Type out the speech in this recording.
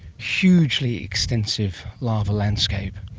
hugely extensive lava landscape.